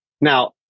Now